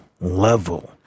level